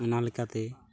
ᱚᱱᱟ ᱞᱮᱠᱟᱛᱮ